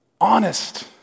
Honest